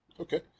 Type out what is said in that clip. Okay